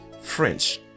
French